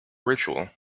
ritual